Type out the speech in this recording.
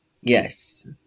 Yes